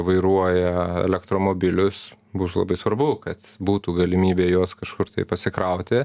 vairuoja elektromobilius bus labai svarbu kad būtų galimybė juos kažkur tai pasikrauti